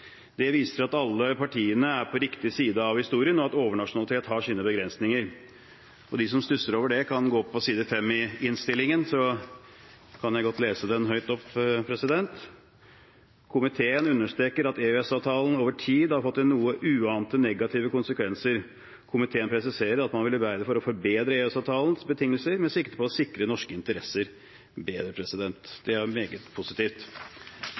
Det viser at alle partiene er på riktig side av historien, og at overnasjonalitet har sine begrensninger. De som stusser over det, kan gå til side 5 i innstillingen. Jeg kan godt lese det opp høyt: «Komiteen understreker at EØS-avtalen over tid har fått noen uante negative konsekvenser. Komiteen presiserer at man vil arbeide for å forbedre EØS-avtalens betingelser med sikte på å sikre norske interesser bedre.» Det er meget positivt.